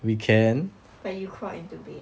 but you crawl into bed